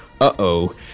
uh-oh